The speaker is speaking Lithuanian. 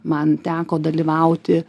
man teko dalyvauti